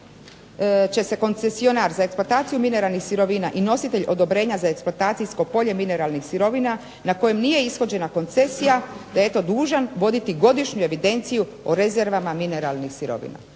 će se koncesionar za eksploataciju mineralnih sirovina i nositelj odobrenja za eksploatacijsko polje mineralnih sirovina na kojim nije ishođena koncesija da je eto dužan voditi godišnju evidenciju o rezervama mineralnih sirovina.